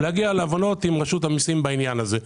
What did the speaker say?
להגיע להבנות עם רשות המיסים בעניין הזה.